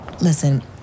Listen